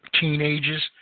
teenagers